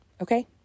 okay